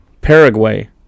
Paraguay